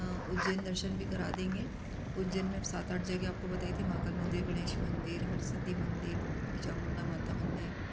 उज्जैन दर्शन भी करा देंगे उज्जैन में सात आठ जगह आपको बताई थी महाकाल मंदिर गणेश मंदिर हर सिद्धि मंदिर चामुंडा माता मंदिर